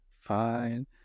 Fine